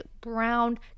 brown